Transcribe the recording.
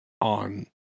on